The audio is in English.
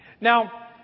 Now